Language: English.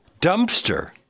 dumpster